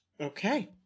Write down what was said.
Okay